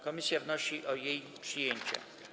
Komisja wnosi o jej przyjęcie.